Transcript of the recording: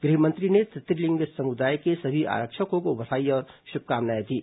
गृह मंत्री ने तृतीय लिंग समुदाय के सभी आरक्षकों को बधाई और शुभकामनाएं दीं